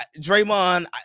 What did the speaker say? Draymond